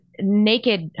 naked